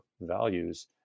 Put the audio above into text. values